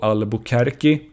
Albuquerque